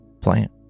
plant